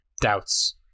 doubts